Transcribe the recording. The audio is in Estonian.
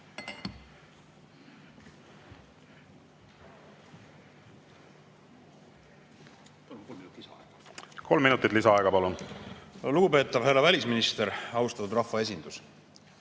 Kolm minutit lisaaega, palun! Lugupeetav härra välisminister! Austatud rahvaesindus!